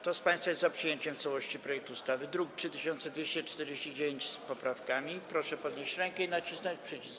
Kto z państwa jest za przyjęciem w całości projektu ustawy, z druku nr 3249 z poprawkami, proszę podnieść rękę i nacisnąć przycisk.